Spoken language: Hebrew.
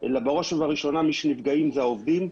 אלא בראש ובראשונה מי שנפגעים אלה העובדים,